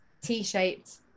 t-shaped